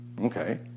Okay